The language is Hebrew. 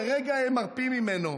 לרגע הם מרפים ממנו.